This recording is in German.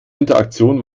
interaktion